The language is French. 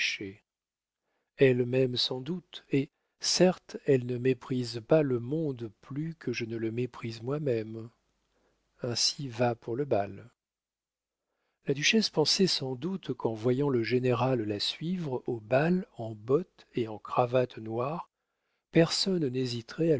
m'aime sans doute et certes elle ne méprise pas le monde plus que je ne le méprise moi-même ainsi va pour le bal la duchesse pensait sans doute qu'en voyant le général la suivre au bal en bottes et en cravate noire personne n'hésiterait